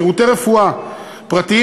שירותי רפואה פרטיים,